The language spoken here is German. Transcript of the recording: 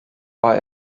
war